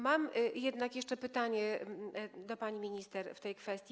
Mam jednak jeszcze pytanie do pani minister w tej kwestii.